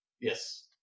Yes